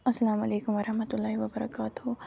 اَسَلامُ علیکُم وَرحمتُہ اللہِ وَبَرکاتَہُ